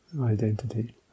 identity